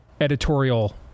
editorial